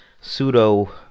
Pseudo